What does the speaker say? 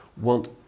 want